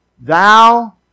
thou